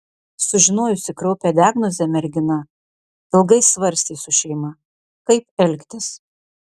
sužinojusi kraupią diagnozę mergina ilgai svarstė su šeima kaip elgtis